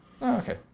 okay